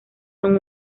son